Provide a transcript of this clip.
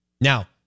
Now